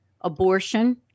abortion